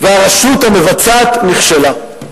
והרשות המבצעת נכשלה.